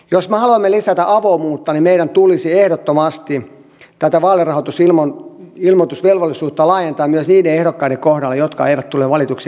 jos me haluamme lisätä avoimuutta niin meidän tulisi ehdottomasti tätä vaalirahoitusilmoitusvelvollisuutta laajentaa myös niiden ehdokkaiden kohdalle jotka eivät tule valituiksi eduskuntaan